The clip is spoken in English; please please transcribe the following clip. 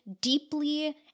deeply